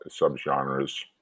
subgenres